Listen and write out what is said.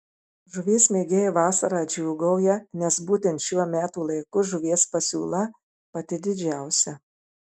žuvies mėgėjai vasarą džiūgauja nes būtent šiuo metų laiku žuvies pasiūla pati didžiausia